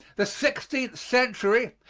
the sixteenth century,